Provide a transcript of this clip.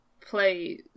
play